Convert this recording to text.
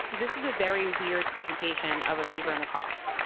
this is a very weird presentation of a fever and a cough